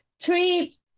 three